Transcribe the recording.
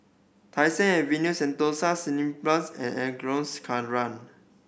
Tai Seng Avenue Sentosa Cineblast and